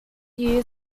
year